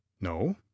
No